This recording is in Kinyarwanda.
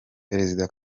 perezida